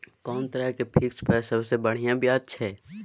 कोन तरह के फिक्स पर सबसे बढ़िया ब्याज छै?